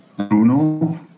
Bruno